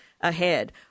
ahead